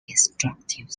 instructive